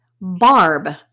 Barb